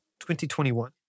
2021